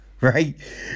right